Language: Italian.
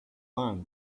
one